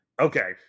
Okay